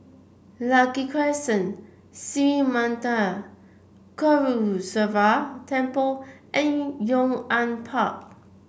Lucky Crescent Sri Manmatha Karuneshvarar Temple and Yong An Park